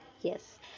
Yes